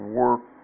work